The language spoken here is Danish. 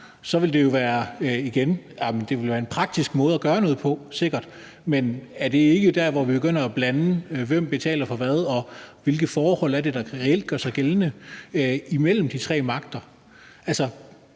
sikkert være en praktisk måde at gøre noget på. Men er det ikke der, hvor vi begynder at blande, hvem der betaler for hvad, og hvilke forhold det er, der reelt gør sig gældende imellem de tre magter?